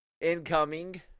incoming